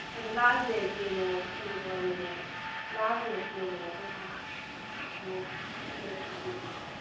ꯑꯗꯨ ꯂꯥꯁ ꯗꯦꯗꯀꯤ ꯑꯃꯨꯛ ꯀꯩꯅꯣ ꯇꯧꯔꯝꯅꯤꯅꯦ ꯂꯥꯁ ꯗꯦꯗꯀꯤ ꯑꯃꯨꯛ ꯄꯩꯁꯥ ꯑꯃꯨꯛ ꯄꯤꯗꯣꯏ ꯑꯣꯏꯔꯝꯅꯤ